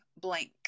blank